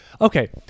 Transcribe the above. Okay